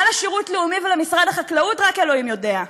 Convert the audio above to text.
מה לשירות לאומי ולמשרד החקלאות רק אלוהים יודע.